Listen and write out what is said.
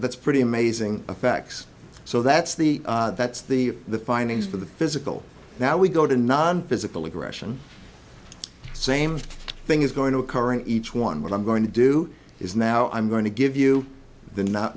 that's pretty amazing effects so that's the that's the the findings for the physical now we go to non physical aggression same thing is going to occur in each one what i'm going to do is now i'm going to give you the not